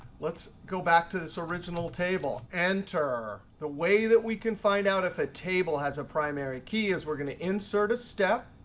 let's go back to this original table, enter. the way that we can find out if a table has a primary key is we're going to insert a step,